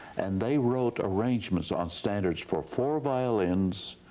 and they wrote arrangements on standards for four violins,